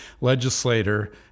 legislator